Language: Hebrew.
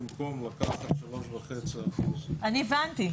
במקום לקחת 3.5% ייקחו את כל הכסף --- אני הבנתי,